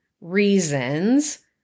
Reasons